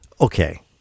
Okay